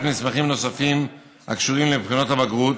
מסמכים נוספים הקשורים לבחינות הבגרות,